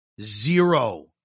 Zero